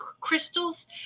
crystals